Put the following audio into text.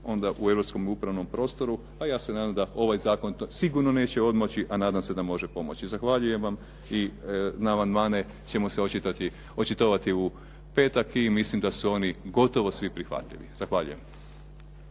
onda u Europskom upravnom prostoru, a ja se nadam da ovaj zakon sigurno neće odmoći, a nadam se da može pomoći. Zahvaljujem vam i na amandmane ćemo se očitovati u petak i mislim da su oni gotovo svi prihvatljivi. Zahvaljujem.